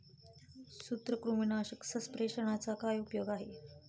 सूत्रकृमीनाशक सस्पेंशनचा काय उपयोग आहे?